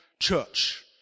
church